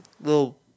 little